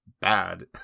bad